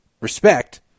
respect